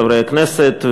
חברי הכנסת,